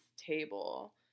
Table